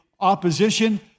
opposition